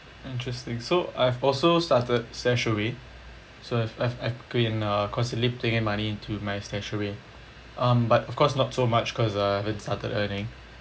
interesting so I've also started StashAway so I've I've been uh constantly putting in money into my StashAway um but of course not so much because uh I haven't started earning